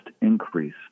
increase